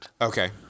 Okay